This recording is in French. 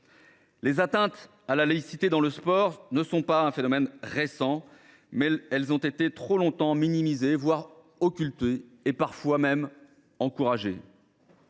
Les atteintes à la laïcité dans le sport ne sont pas un phénomène récent, mais elles ont trop longtemps été minimisées, occultées, voire encouragées.